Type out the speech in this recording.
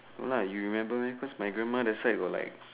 no lah you remember meh cause my grandma that side were like